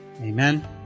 amen